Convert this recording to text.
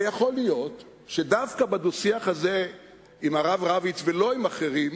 ויכול להיות שדווקא בדו-שיח הזה עם הרב רביץ ולא עם אחרים